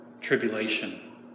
tribulation